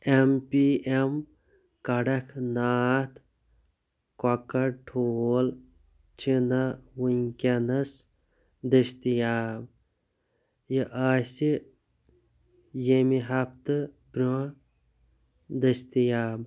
M M ایم کڑک ناتھ کۄکڑ ٹھوٗل چھِنہٕ وُنکٮ۪نَس دٔستِیاب یہِ آسہِ ییٚمہِ ہفتہٕ برٛونٛہہ دٔستِیاب